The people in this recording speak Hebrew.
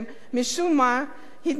התנגד להצעת החוק הזו,